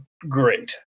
great